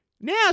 Now